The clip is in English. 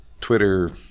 twitter